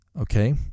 Okay